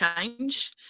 change